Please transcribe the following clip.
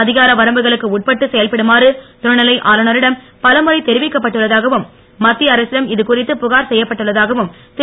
அதிகார வரம்புகளுக்கு உட்பட்டு செயல்படுமாறு துணைநிலை ஆளுநரிடம் பலமுறை தெரிவிக்கப்பட்டுள்ளதாகவும் மத்திய அரசிடம் இதுகுறித்து புகார் செய்யப்பட்டுள்ளதாகவும் திரு